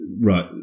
Right